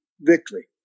victory